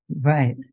Right